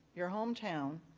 your hometown,